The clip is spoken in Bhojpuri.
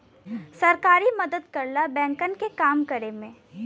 सहकारी बैंक मदद करला बैंकन के काम करे में